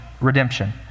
redemption